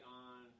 on